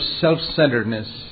self-centeredness